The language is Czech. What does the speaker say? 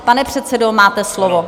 Pane předsedo, máte slovo.